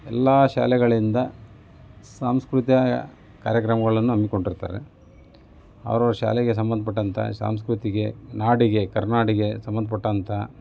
ಎಲ್ಲ ಶಾಲೆಗಳಿಂದ ಸಾಂಸ್ಕ್ರುತ ಕಾರ್ಯಕ್ರಮಗಳನ್ನು ಹಮ್ಮಿಕೊಂಡಿರ್ತಾರೆ ಅವರವರ ಶಾಲೆಗೆ ಸಂಬಂಧಪಟ್ಟಂತ ಸಂಸ್ಕೃತಿಗೆ ನಾಡಿಗೆ ಕರುನಾಡಿಗೆ ಸಂಬಂಧಪಟ್ಟಂತ